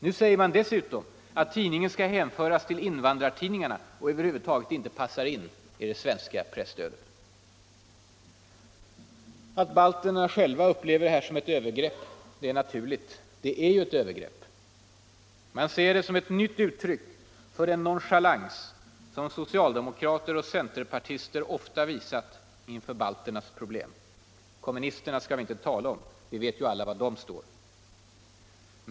Nu säger man dessutom att tidningen skall hänföras till invandrartidningarna och över huvud taget inte passar in i det svenska presstödet. Att balterna själva upplever det här som ett övergrepp är naturligt. Det är ju ett övergrepp. Man ser det som ett nytt uttryck för den nonchalans som socialdemokrater och centerpartister ofta visat inför balternas problem, kommunisterna skall vi inte tala om, vi vet ju alla var de står.